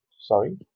Sorry